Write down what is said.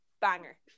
banger